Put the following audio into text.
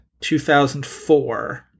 2004